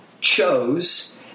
chose